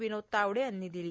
विनोद तावडे यांनी दिली